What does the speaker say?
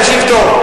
תקשיב טוב.